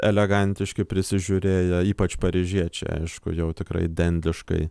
elegantiški prisižiūrėję ypač paryžiečiai aišku jau tikrai identiškai